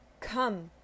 Come